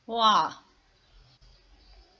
!wah!